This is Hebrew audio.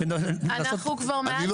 אנחנו כבר מעל שנה בוחנים את העניין --- אני לא